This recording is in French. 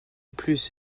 plus